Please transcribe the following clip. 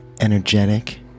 energetic